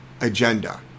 agenda